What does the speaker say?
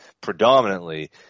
predominantly